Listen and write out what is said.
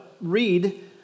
read